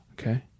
Okay